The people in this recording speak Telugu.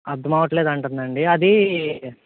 అర్ధమవ్వట్లేదు అంటందా అండి అది